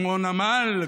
כמו נמל,